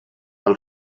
els